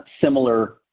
similar